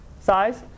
size